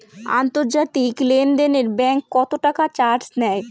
আন্তর্জাতিক লেনদেনে ব্যাংক কত টাকা চার্জ নেয়?